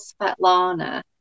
Svetlana